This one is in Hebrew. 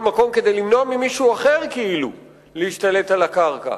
מקום כדי למנוע ממישהו אחר כאילו להשתלט על הקרקע,